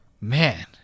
Man